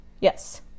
Yes